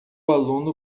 aluno